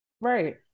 Right